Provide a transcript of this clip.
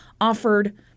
offered